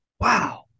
Wow